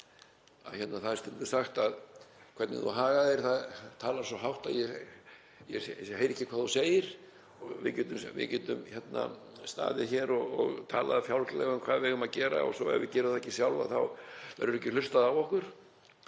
Það er stundum sagt að hvernig þú hagar þér — talar svo hátt að ég heyri ekki hvað þú segir. Við getum staðið hér og talað fjálglega um hvað við eigum að gera og ef við gerum það ekki sjálf þá verður ekki hlustað á okkur.